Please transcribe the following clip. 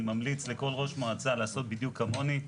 אני ממליץ לכל ראש מועצה לעשות בדיוק כמוני.